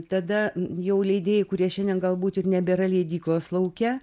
tada jau leidėjai kurie šiandien galbūt ir nebėra leidyklos lauke